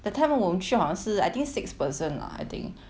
that time 我们去好像是 I think six person ah I think